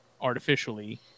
artificially